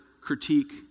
critique